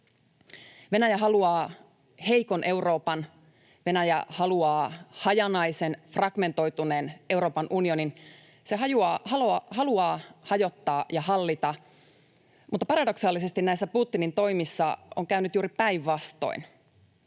Venäjä haluaa heikon Euroopan, Venäjä haluaa hajanaisen, fragmentoituneen Euroopan unionin, se haluaa hajottaa ja hallita, mutta paradoksaalisesti näissä Putinin toimissa on käynyt juuri päinvastoin.